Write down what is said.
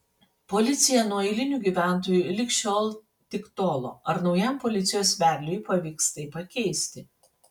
policija nuo eilinių gyventojų lig šiol tik tolo ar naujam policijos vedliui pavyks tai pakeisti